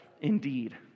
indeed